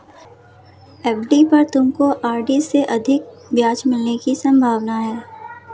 FD पर तुमको RD से अधिक ब्याज मिलने की संभावना है